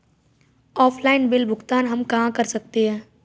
Offline bill भुगतान हम कहां कर सकते हैं?